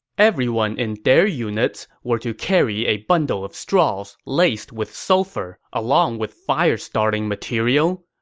everyone in their units were to carry a bundle of straws laced with sulphur, along with fire-starting material.